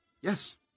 Yes